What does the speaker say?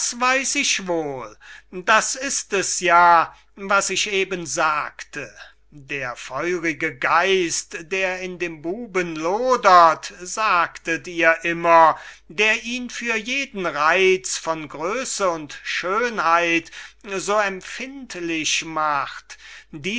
weiß ich wohl das ist es ja was ich eben sagte der feurige geist der in dem buben lodert sagtet ihr immer der ihn für jeden reiz von größe und schönheit so empfindlich macht